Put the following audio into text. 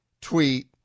tweet